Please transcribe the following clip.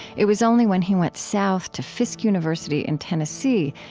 it was only when he went south, to fisk university in tennessee,